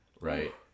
right